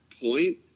point